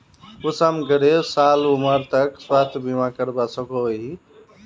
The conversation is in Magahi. कुंसम करे साल उमर तक स्वास्थ्य बीमा करवा सकोहो ही?